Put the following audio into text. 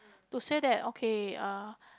to say that okay uh